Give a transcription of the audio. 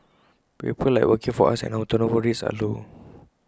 people like working for us and our turnover rates are low